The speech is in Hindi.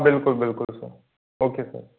बिल्कुल बिल्कुल सर ओके सर